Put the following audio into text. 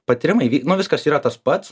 patyrimai nu viskas yra tas pats